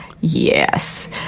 Yes